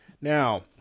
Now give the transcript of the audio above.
Now